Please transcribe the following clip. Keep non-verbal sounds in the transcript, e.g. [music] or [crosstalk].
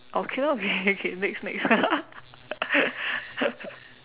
okay lor we okay next next [laughs]